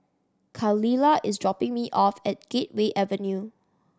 Khalilah is dropping me off at Gateway Avenue